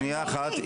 שנייה אחת,